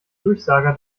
durchsager